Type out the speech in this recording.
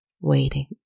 waiting